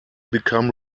become